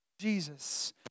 Jesus